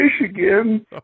Michigan